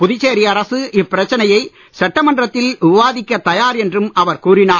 புதுச்சேரி அரசு இப்பிரச்சனையை சட்டமன்றத்தில் விவாதிக்கத் தயார் என்றும் அவர் கூறினார்